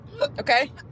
Okay